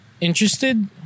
interested